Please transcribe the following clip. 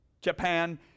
Japan